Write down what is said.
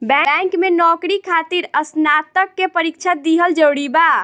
Bank में नौकरी खातिर स्नातक के परीक्षा दिहल जरूरी बा?